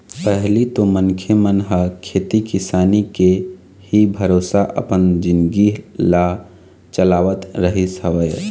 पहिली तो मनखे मन ह खेती किसानी के ही भरोसा अपन जिनगी ल चलावत रहिस हवय